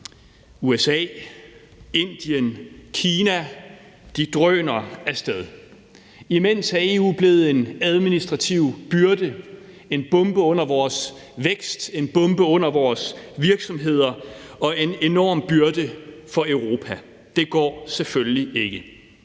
USA, Indien og Kina drøner af sted. Imens er EU blevet en administrativ byrde, en bombe under vores vækst, en bombe under vores virksomheder og en enorm byrde for Europa. Det går selvfølgelig ikke.